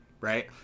Right